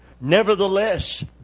Nevertheless